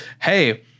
Hey